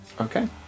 okay